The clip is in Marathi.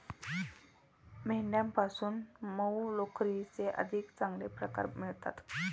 मेंढ्यांपासून मऊ लोकरीचे अधिक चांगले प्रकार मिळतात